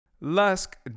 Lusk